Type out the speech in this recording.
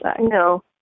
No